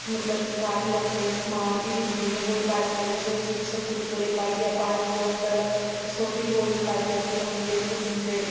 मतलब के बाह्रें लोकें दे समान बी दिंदे इ'यां कोई बालटियै बिच्च चिप्स कुरकुरे पाइयै पानी बोटल ते सोडै दी बोतल पाइयै फ्ही औंदे इत्थै दिंदे